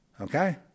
Okay